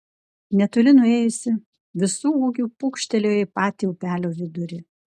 netoli nuėjusi visu ūgiu pūkštelėjo į patį upelio vidurį